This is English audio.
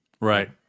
right